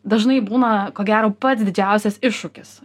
dažnai būna ko gero pats didžiausias iššūkis